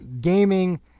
gaming